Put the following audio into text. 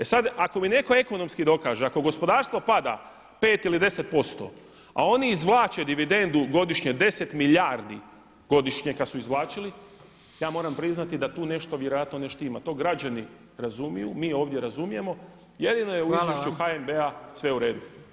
E sada ako mi netko ekonomski dokaže, ako gospodarstvo pada 5 ili 10% a oni izvlače dividendu godišnje 10 milijardi godišnje kada su izvlačili ja moram priznati da tu nešto vjerojatno ne štima, to građani razumiju, mi ovdje razumijemo, jedino je u izvješću HNB sve u redu.